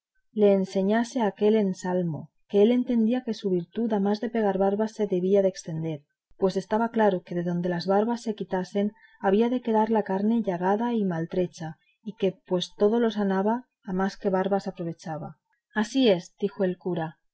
le enseñase aquel ensalmo que él entendía que su virtud a más que pegar barbas se debía de estender pues estaba claro que de donde las barbas se quitasen había de quedar la carne llagada y maltrecha y que pues todo lo sanaba a más que barbas aprovechaba así es dijo el cura